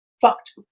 fucked